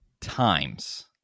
times